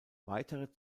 weitere